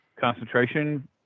concentration